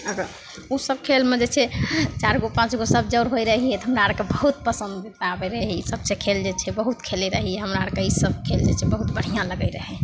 ओसब खेलमे जे छै चारि गो पाँच गो सब जर होइ रहिए तऽ हमरा आओरके बहुत पसन्द आबै रहै ईसब जे खेल छै से बहुत खेलै रहिए हमरा आओरके ईसब जे खेल छै बहुत बढ़िआँ लागै रहै